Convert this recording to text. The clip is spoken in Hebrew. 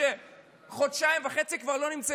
בגלל שלא הפנמתם שאתם מנהלים